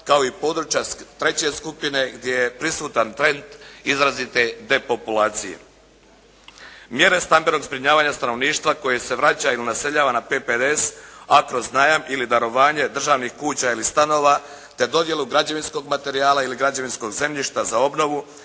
kao i područja treće skupine gdje je prisutan trend izrazite depopulacije. Mjere standardnog zbrinjavanja stanovništva koje se vraća i naseljava na PPDS, a kroz najam ili darovanje državnih kuća ili stanova te dodjelu građevinskog materijala ili građevinskog zemljišta za obnovu,